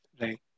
Right